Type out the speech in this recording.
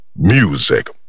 Music